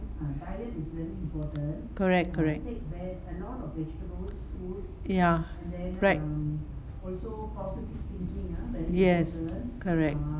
correct correct ya right yes correct